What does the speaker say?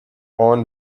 own